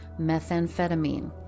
methamphetamine